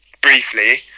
briefly